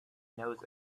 knows